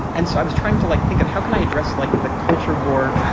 and so i was trying to like think of how can i address, like, the culture war?